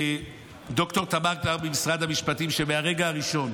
לד"ר תמר קלהורה ממשרד המשפטים, שמהרגע הראשון